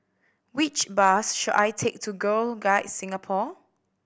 which bus should I take to Girl Guides Singapore